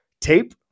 tape